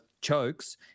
chokes